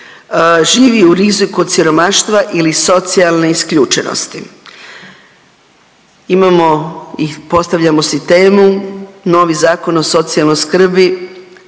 živi u riziku od siromaštva ili socijalne isključenosti. Imamo i postavljamo si temu novi Zakon o socijalnoj skrbi